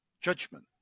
judgment